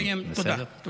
אני אסיים, תודה.